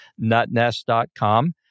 nutnest.com